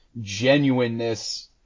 genuineness